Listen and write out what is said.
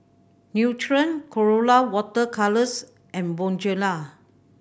Nutren Colora Water Colours and Bonjela